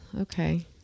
Okay